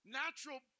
natural